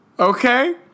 Okay